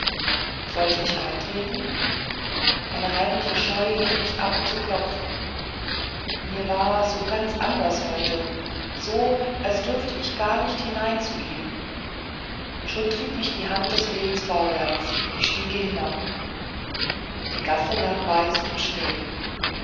sollte ich eintreten eine heimliche scheu hielt mich ab zu klopfen mir war so ganz anders heute so als dürfe ich gar nicht hinein zu ihm und schon trieb mich die hand des lebens vorwärts die stiegen hinab die gasse lag weiß im schnee